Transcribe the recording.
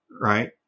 right